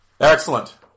Excellent